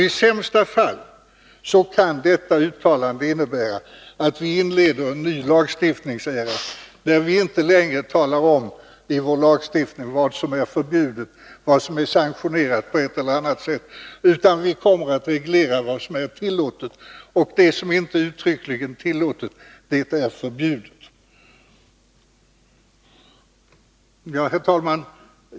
I sämsta fall kan nämligen detta uttalande innebära att vi inleder en ny lagstiftningsera, där vi inte längre i vår lagstiftning talar om vad som är förbjudet, vad som är sanktionerat på ett eller annat sätt, utan där vi kommer att reglera vad som är tillåtet — och det som inte uttryckligen är tillåtet är förbjudet. Herr talman!